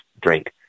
drink